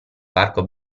parco